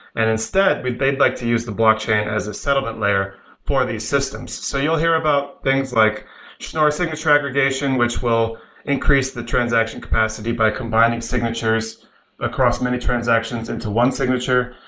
and instead they'd like to use the blockchain as a settlement layer for these systems. so you'll hear about things like schnorr signature aggregation, which will increase the transaction capacity by combining signatures across many transactions into one signature.